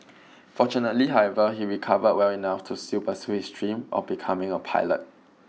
fortunately however he recovered well enough to still pursue his dream of becoming a pilot